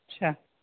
اچھا